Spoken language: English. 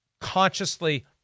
consciously